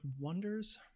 wonders